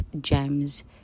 gems